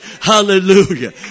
Hallelujah